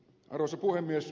arvoisa puhemies